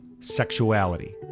Sexuality